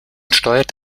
steuert